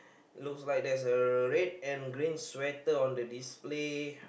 look like there is a red and green sweater on the display